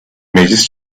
meclis